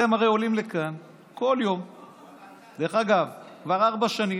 אתם הרי עולים לכאן כל יום כבר ארבע שנים,